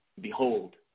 Behold